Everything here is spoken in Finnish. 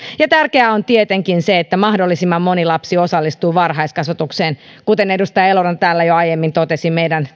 ja tärkeää on tietenkin se että mahdollisimman moni lapsi osallistuu varhaiskasvatukseen kuten edustaja eloranta täällä jo aiemmin totesi meidän